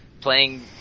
playing